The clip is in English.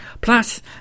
plus